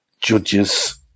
judges